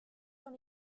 dans